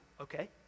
okay